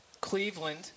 Cleveland